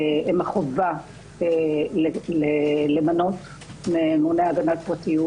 הם החובה למנות ממונה הגנת פרטיות